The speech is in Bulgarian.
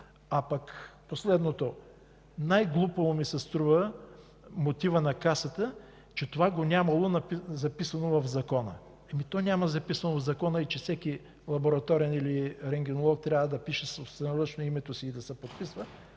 а пък последното – най-глупаво ми се струва, мотивът на Касата, че това го нямало записано в Закона. Ами то няма записано в Закона и че всеки лабораторен или рентгенолог трябва да пише собственоръчно името си и да се подписва,